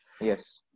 yes